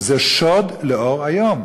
זה שוד לאור היום,